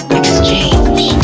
exchange